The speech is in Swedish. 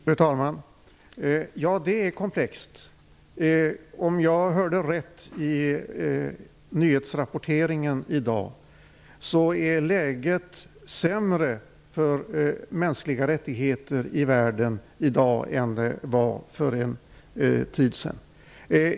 Fru talman! Ja, det är komplext. Om jag hörde rätt i nyhetsrapporteringen i dag, är läget för mänskliga rättigheter i världen sämre nu än det var för en tid sedan.